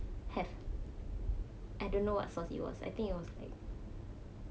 have I don't know what sauce it was I think it was like